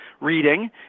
reading